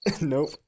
Nope